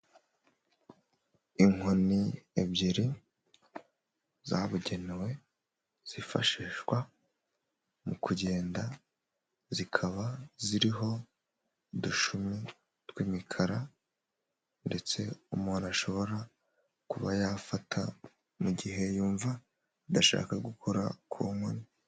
Inkoni ebyiri zabugenewe, zifashishwa mu kugenda, zikaba ziriho udushumi tw'imikara ndetse umuntu ashobora kuba yafata mu gihe yumva adashaka gukora ku nkoni.